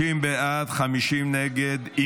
30 בעד, 50 נגד.